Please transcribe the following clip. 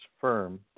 firm